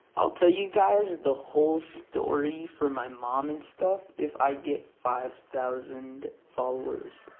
i'll tell you guys the whole story for my mom and stuff if i get five thousand followers.